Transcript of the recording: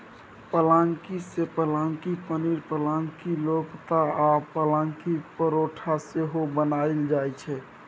पलांकी सँ पलांकी पनीर, पलांकी कोपता आ पलांकी परौठा सेहो बनाएल जाइ छै